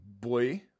Boy